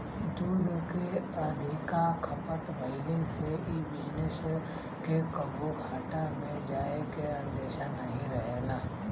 दूध के अधिका खपत भइले से इ बिजनेस के कबो घाटा में जाए के अंदेशा नाही रहेला